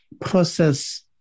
process